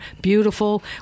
Beautiful